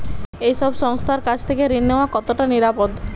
এই সব সংস্থার কাছ থেকে ঋণ নেওয়া কতটা নিরাপদ?